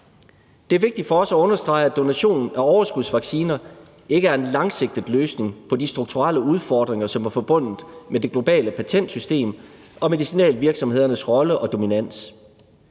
Det er vigtigt for os at understrege, at donation af overskudsvacciner ikke er en langsigtet løsning på de strukturelle udfordringer, som er forbundet med det globale patentsystem og medicinalvirksomhedernes rolle og dominans.